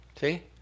See